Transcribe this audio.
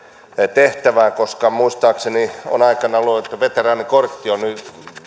tehtävään muistaakseni aikanaan veteraanikortti on